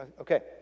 okay